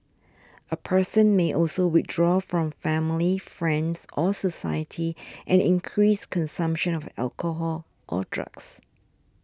a person may also withdraw from family friends or society and increase consumption of alcohol or drugs